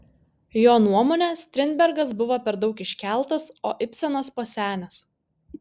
jo nuomone strindbergas buvo per daug iškeltas o ibsenas pasenęs